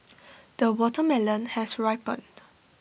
the watermelon has ripened